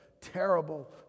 terrible